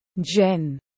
Jen